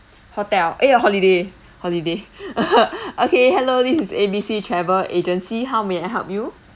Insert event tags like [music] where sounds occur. hotel eh uh holiday holiday [laughs] okay hello this is A_B_C travel agency how may I help you